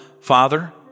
Father